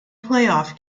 playoff